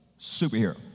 Superhero